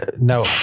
No